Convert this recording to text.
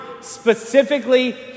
specifically